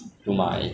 不好吃